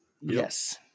Yes